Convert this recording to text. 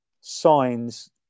signs